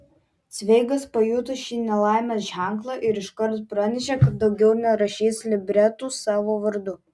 cveigas pajuto šį nelaimės ženklą ir iškart pranešė kad daugiau nerašys libretų savo vardu